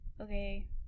okay